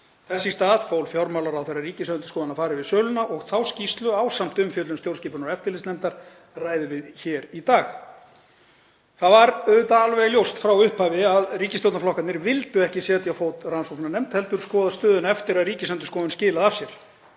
Þess í stað fól fjármálaráðherra Ríkisendurskoðun að fara yfir söluna, og þá skýrslu, ásamt umfjöllun stjórnskipunar- og eftirlitsnefndar, ræðum við hér í dag. Það var auðvitað alveg ljóst frá upphafi að ríkisstjórnarflokkarnir vildu ekki setja á fót rannsóknarnefnd heldur skoða stöðuna eftir að Ríkisendurskoðun skilaði af sér.